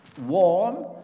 warm